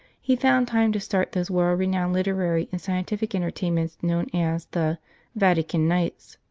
he found time to start those world-renowned literary and scientific entertainments known as the vatican nights.